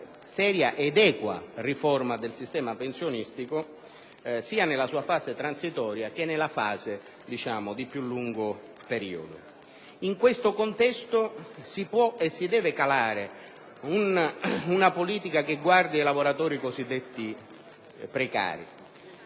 seria ed equa riforma del sistema pensionistico, sia nella fase transitoria che nella fase di più lungo periodo. In questo contesto si può e si deve realizzare una politica che guardi ai lavoratori cosiddetti precari,